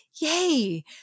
yay